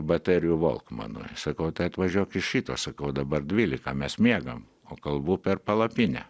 baterijų volkmanui sakau atvažiuok iš ryto sakau dabar dvylika mes miegam o kalbu per palapinę